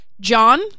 John